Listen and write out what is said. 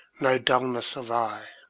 no dulness of eye,